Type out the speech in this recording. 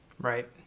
right